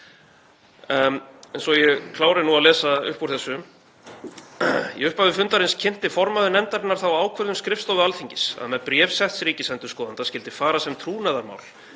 En svo ég klári nú að lesa upp úr þessu: